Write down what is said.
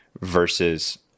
versus